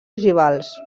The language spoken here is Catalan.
ogivals